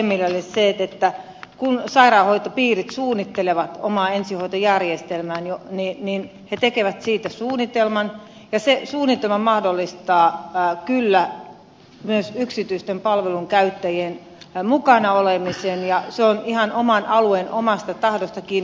hemmilälle sen että kun sairaanhoitopiirit suunnittelevat omaa ensihoitojärjestelmäänsä he tekevät siitä suunnitelman ja se suunnitelma mahdollistaa kyllä myös yksityisten palveluiden mukana olemisen ja se on ihan oman alueen omasta tahdosta kiinni